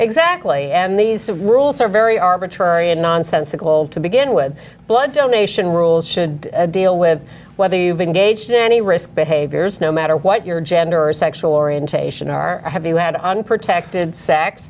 exactly and these rules are very arbitrary and nonsensical to begin with blood donation rules should deal with whether you've engaged in any risk behaviors no matter what your gender or sexual orientation are have you had unprotected sex